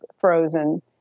frozen